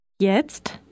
Jetzt